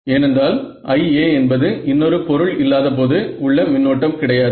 ஏனென்றால் IA என்பது இன்னொரு பொருள் இல்லாதபோது உள்ள மின்னோட்டம் கிடையாது